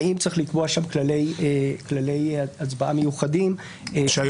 האם צריך לקבוע כללי הצבעה מיוחדים במקרים